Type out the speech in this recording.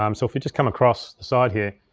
um so if you'd just come across the side here.